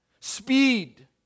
speed